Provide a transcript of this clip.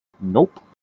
nope